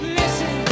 listen